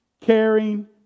caring